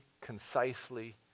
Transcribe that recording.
concisely